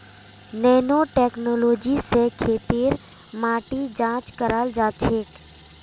nano technology स खेतेर माटी जांच कराल जाछेक